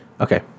okay